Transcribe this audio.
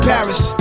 Paris